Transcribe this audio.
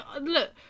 look